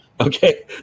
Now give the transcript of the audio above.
okay